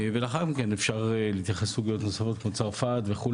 ולאחר מכן אפשר להתייחס לסוגיות נוספות כמו צרפת וכו',